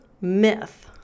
myth